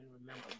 remember